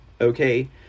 okay